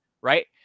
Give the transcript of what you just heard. Right